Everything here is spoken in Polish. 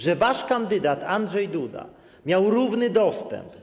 Że wasz kandydat Andrzej Duda miał wtedy równy dostęp.